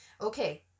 Okay